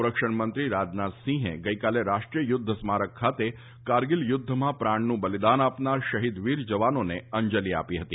સંરક્ષણ મંત્રી રાજનાથસિંહે ગઈકાલે રાષ્ટ્રીય યુદ્ધ સ્મારક ખાતે કારગીલ યુદ્ધમાં પ્રાણનું બલિદાન આપનાર શહિદ વીર જવાનોને અંજલી આપી હતી